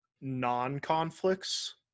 non-conflicts